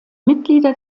mitglieder